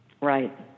Right